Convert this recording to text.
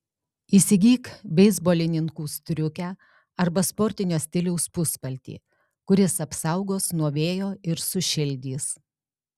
įsigyk beisbolininkų striukę arba sportinio stiliaus puspaltį kuris apsaugos nuo vėjo ir sušildys